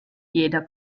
jeder